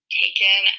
taken